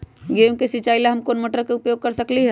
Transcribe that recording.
गेंहू के सिचाई ला हम कोंन मोटर के उपयोग कर सकली ह?